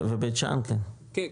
ובית שאן כן.